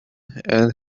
and